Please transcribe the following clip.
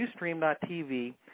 Ustream.tv